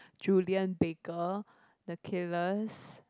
Julien Baker the Killers